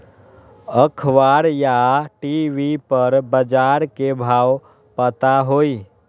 अखबार या टी.वी पर बजार के भाव पता होई?